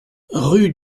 rue